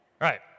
Right